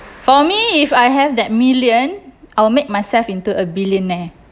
for me if I have that million I'll make myself into a billionaire